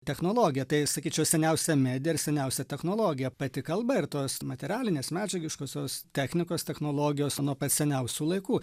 technologija tai sakyčiau seniausia medija ir seniausia technologija pati kalba ir tos materialinės medžiagiškosios technikos technologijos nuo pat seniausių laikų